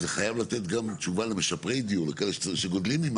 אז זה חייב לתת גם תשובה למשפרי דיור שגדלים עם